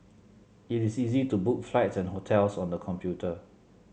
it is easy to book flights and hotels on the computer